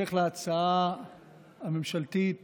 בהמשך להצעה הממשלתית